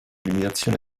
limitazioni